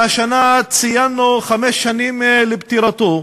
שהשנה ציינו חמש שנים לפטירתו.